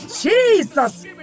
Jesus